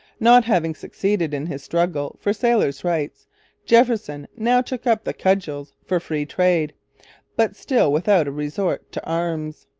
not having succeeded in his struggle for sailors rights jefferson now took up the cudgels for free trade but still without a resort to arms.